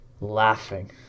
laughing